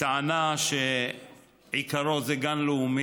בטענה שעיקרו של החוף זה גן לאומי,